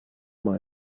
mal